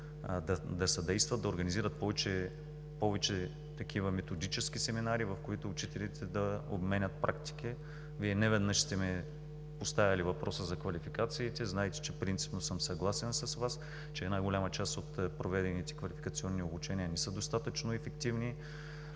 да съдействат, да организират повече такива методически семинари, в които учителите да обменят практики. Вие неведнъж сте ми поставяли въпроса за квалификациите. Знаете, че принципно съм съгласен с Вас, че една голяма част от проведените квалификационни обучения не са достатъчно ефективни,